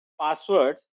passwords